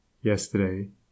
yesterday